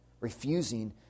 Refusing